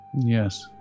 Yes